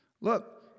Look